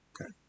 Okay